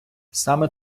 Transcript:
саме